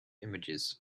images